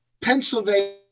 Pennsylvania